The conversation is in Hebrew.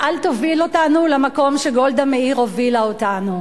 אל תוביל אותנו למקום שגולדה מאיר הובילה אותנו.